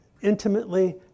intimately